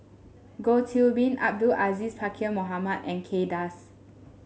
Goh Qiu Bin Abdul Aziz Pakkeer Mohamed and Kay Das